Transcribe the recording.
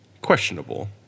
Questionable